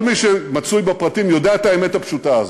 כל מי שמצוי בפרטים יודע את האמת הפשוטה הזאת.